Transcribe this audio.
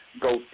go